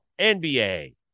NBA